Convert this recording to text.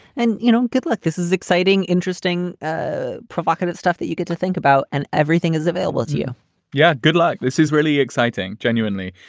and you know. good luck. this is exciting, interesting, ah provocative stuff that you get to think about and everything is available to you yeah. good luck. this is really exciting. genuinely,